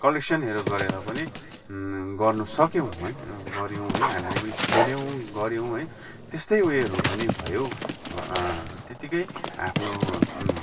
कलेक्सनहरू गरेर पनि गर्नु सक्यौँ है गऱ्यौँ हामीले पनि खेल्यौँ गऱ्यौँ है त्यस्तै उयोहरू पनि भयो त्यतिकै आफ्नो